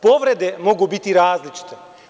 Povrede mogu biti različite.